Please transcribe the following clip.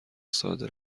ساده